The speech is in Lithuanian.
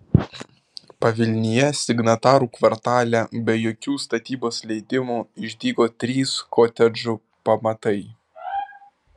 pavilnyje signatarų kvartale be jokių statybos leidimų išdygo trys kotedžų pamatai